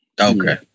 okay